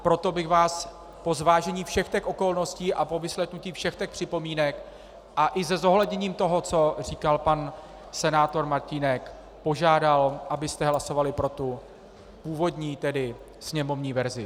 Proto bych vás po zvážení všech okolností a po vyslechnutí všech připomínek, i se zohledněním toho, co říkal pan senátor Martínek, požádal, abyste hlasovali pro původní, tedy sněmovní verzi.